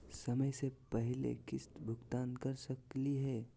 समय स पहले किस्त भुगतान कर सकली हे?